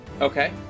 Okay